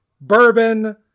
bourbon